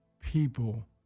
people